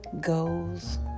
goals